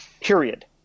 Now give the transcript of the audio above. period